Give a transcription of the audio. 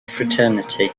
fraternity